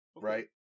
right